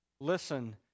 Listen